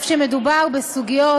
אף שמדובר בסוגיות